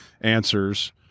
Answers